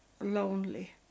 lonely